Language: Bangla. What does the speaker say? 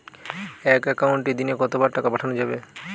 এক একাউন্টে দিনে কতবার টাকা পাঠানো যাবে?